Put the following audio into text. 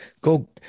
go